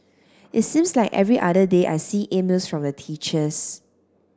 it seems like every other day I see emails from the teachers